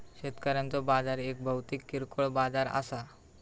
शेतकऱ्यांचो बाजार एक भौतिक किरकोळ बाजार असा